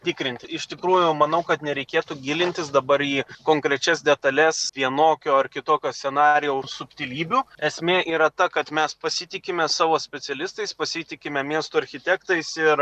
tikrint iš tikrųjų manau kad nereikėtų gilintis dabar į konkrečias detales vienokio ar kitokio scenarijaus subtilybių esmė yra ta kad mes pasitikime savo specialistais pasitikime miesto architektais ir